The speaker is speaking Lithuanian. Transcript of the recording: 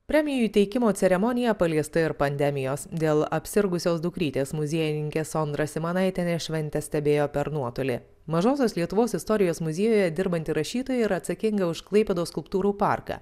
premijų įteikimo ceremonija paliesta ir pandemijos dėl apsirgusios dukrytės muziejininkė sondra simanaitienė šventę stebėjo per nuotolį mažosios lietuvos istorijos muziejuje dirbanti rašytoja yra atsakinga už klaipėdos skulptūrų parką